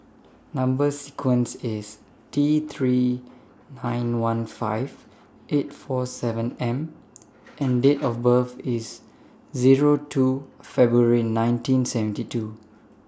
Number sequence IS T three nine one five eight four seven M and Date of birth IS Zero two February nineteen seventy two